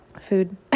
Food